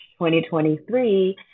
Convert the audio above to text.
2023